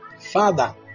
Father